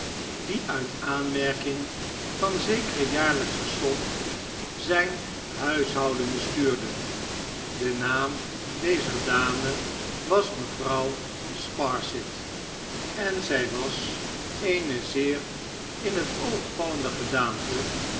die uit aanmerking van zekere jaarlijksche som zijn huishouden bestuurde de naam dezer dame was mevrouw sparsit en zij was eenezeerin het oog vallende gedaante